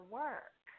work